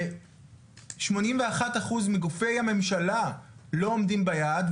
ושמונים ואחד אחוז מגופי הממשלה לא עומדים ביעד.